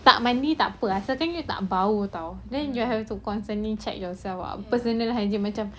tak mandi tak apa asalnya tak bau [tau] then you have to constantly check yourself [what] personal hygiene macam